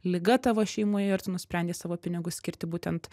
liga tavo šeimoje ir tu nusprendei savo pinigus skirti būtent